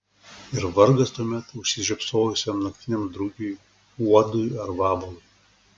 ir vargas tuomet užsižiopsojusiam naktiniam drugiui uodui ar vabalui